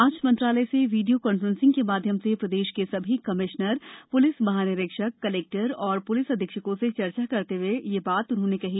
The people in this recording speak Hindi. आज मंत्रालय से वीडियो कॉन्फ्रेंसिंग के माध्यम से प्रदेश के सभी कमिश्नर प्लिस महानिरीक्षक कलेक्टर एवं प्लिस अधीक्षकों से चर्चा करते हए कही